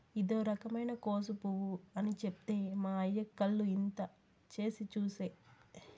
ఇదో రకమైన కోసు పువ్వు అని చెప్తే మా అయ్య కళ్ళు ఇంత చేసి చూసే